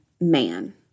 man